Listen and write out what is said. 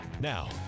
Now